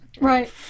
Right